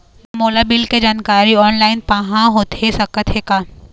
मोला बिल के जानकारी ऑनलाइन पाहां होथे सकत हे का?